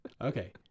Okay